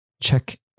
check